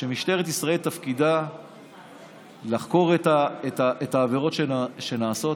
שמשטרת ישראל תפקידה לחקור את העבירות שנעשות,